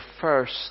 first